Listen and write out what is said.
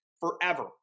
forever